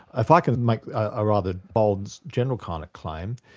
if i could make a rather bold general kind of claim,